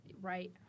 Right